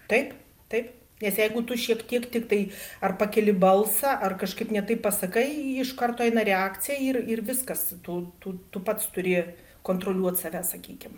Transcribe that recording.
taip taip nes jeigu tu šiek tiek tiktai ar pakeli balsą ar kažkaip ne taip pasakai iš karto eina reakcija ir ir viskas tu tu tu pats turi kontroliuot save sakykim